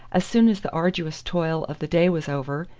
as soon as the arduous toil of the day was over,